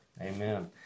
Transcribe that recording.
Amen